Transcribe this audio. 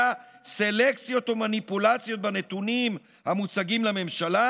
סלקציות ומניפולציות בנתונים המוצגים לממשלה,